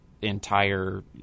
entire